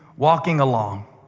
walking along,